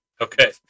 Okay